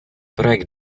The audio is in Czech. projekt